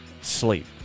sleep